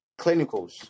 clinicals